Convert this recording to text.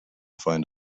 find